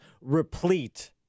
replete